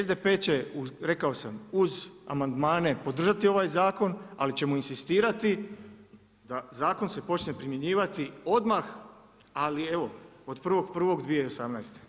SDP će, rekao sam, uz amandmane podržati ovaj zakon ali ćemo inzistirati da zakon se počne primjenjivati odmah, ali evo od 1.1.2018.